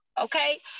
Okay